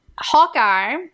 hawkeye